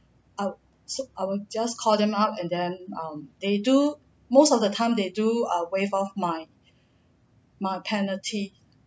I'll so I will just call them up and then um they do most of the time they do err waive off my my penalty